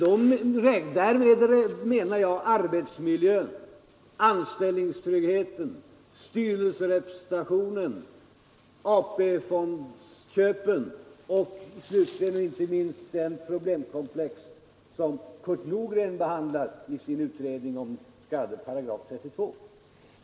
Därmed menar jag arbetsmiljön, anställningstryggheten, styrelserepresentationen, AP-fondköpen och slutligen och inte minst det problemkomplex som Kurt Nordgren behandlar i sin utredning om §32.